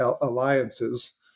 alliances